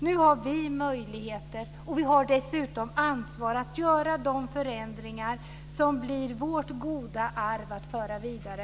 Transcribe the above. Nu har vi möjligheter, och vi har dessutom ansvaret, att göra de förändringar som blir vårt goda arv att föra vidare.